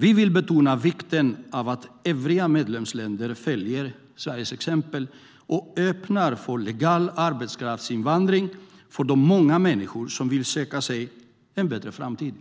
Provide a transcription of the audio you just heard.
Vi vill betona vikten av att övriga medlemsländer följer Sveriges exempel och öppnar för legal arbetskraftsinvandring för de många människor som vill söka sig en bättre framtid.